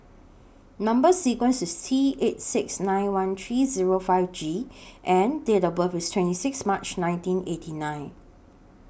Number sequence IS T eight six nine one three Zero five G and Date of birth IS twenty six March nineteen eighty nine